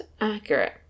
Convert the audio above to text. accurate